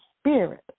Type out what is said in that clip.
spirit